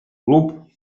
club